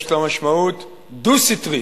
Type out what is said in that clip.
יש לה משמעות דו-סטרית: